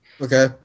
Okay